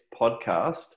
podcast